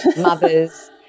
mothers